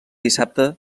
dissabte